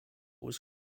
was